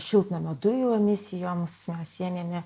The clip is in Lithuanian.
šiltnamio dujų emisijoms mes ėmėme